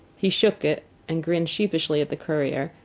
he shook it and grinned sheepishly at the courier,